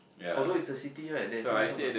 although is a city right there is some suburb